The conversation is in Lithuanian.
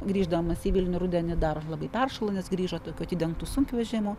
grįždamas į vilnių rudenį dar labai peršalo nes grįžo tokiu atidengtu sunkvežimiu